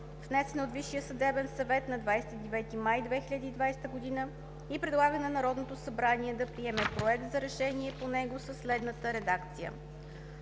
внесен от Висшия съдебен съвет на 29 май 2020 г. и предлага на Народното събрание да приеме Проект за решение по него със следната редакция: